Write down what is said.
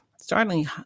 startling